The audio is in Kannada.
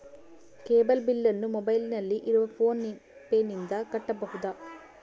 ಕೇಬಲ್ ಬಿಲ್ಲನ್ನು ಮೊಬೈಲಿನಲ್ಲಿ ಇರುವ ಫೋನ್ ಪೇನಿಂದ ಕಟ್ಟಬಹುದಾ?